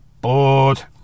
bored